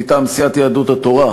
מטעם סיעת יהדות התורה,